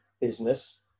business